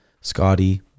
scotty